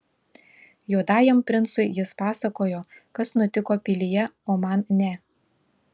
juodajam princui jis pasakojo kas nutiko pilyje o man ne